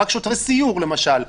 רק שוטרי סיור למשל,